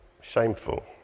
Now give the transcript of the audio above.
shameful